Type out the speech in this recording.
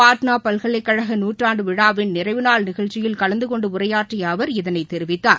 பாட்னா பல்கலைகழகத்தின் நூற்றாண்டு விழாவில் நிறைவு நாள் நிகழ்ச்சியில் கலந்து கொண்டு உரையாற்றிய அவர் இதனை தெரிவித்தார்